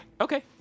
Okay